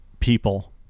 People